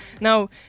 Now